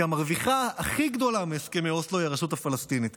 המרוויחה הכי גדולה מהסכמי אוסלו היא הרשות הפלסטינית,